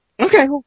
Okay